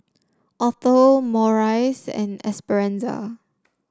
Othel Maurice and Esperanza